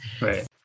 Right